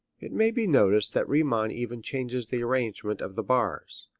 it may be noticed that riemann even changes the arrangement of the bars.